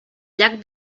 llac